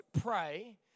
pray